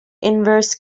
inverse